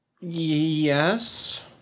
Yes